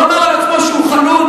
הוא אמר על עצמו שהוא חלוד?